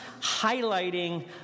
highlighting